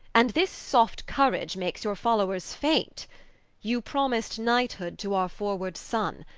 and this soft courage makes your followers faint you promist knighthood to our forward sonne,